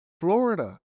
Florida